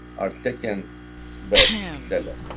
our second best seller.